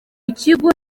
kigo